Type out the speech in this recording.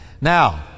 Now